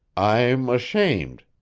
i'm ashamed.